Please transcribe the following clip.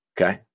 Okay